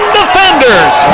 defenders